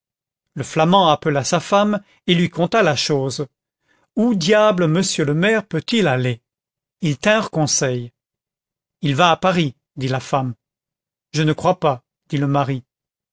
le flamand appela sa femme et lui conta la chose où diable monsieur le maire peut-il aller ils tinrent conseil il va à paris dit la femme je ne crois pas dit le mari